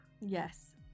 Yes